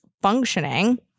functioning